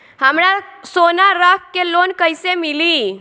हमरा सोना रख के लोन कईसे मिली?